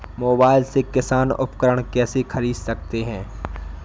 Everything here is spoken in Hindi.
मोबाइल से किसान उपकरण कैसे ख़रीद सकते है?